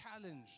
challenge